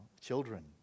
children